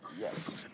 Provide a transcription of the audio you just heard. Yes